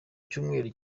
cyumweru